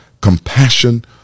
compassion